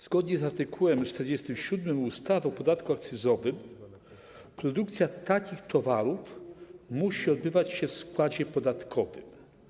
Zgodnie z art. 47 ustawy o podatku akcyzowym produkcja takich towarów musi odbywać się w składzie podatkowym.